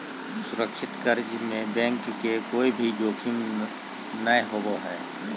सुरक्षित कर्ज में बैंक के कोय भी जोखिम नय होबो हय